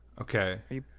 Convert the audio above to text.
Okay